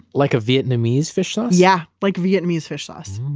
like a vietnamese fish sauce? yeah. like vietnamese fish sauce.